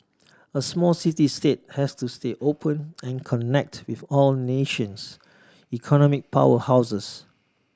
a small city state has to stay open and connect with all nations economic powerhouses